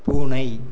பூனை